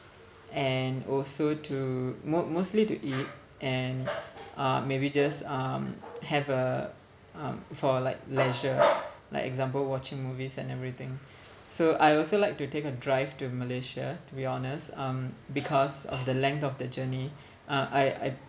and also to mo~ mostly to eat and uh maybe just um have a um for like leisure like example watching movies and everything so I also like to take a drive to Malaysia to be honest um because of the length of the journey uh I I